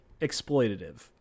exploitative